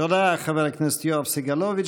תודה, חבר הכנסת יואב סגלוביץ.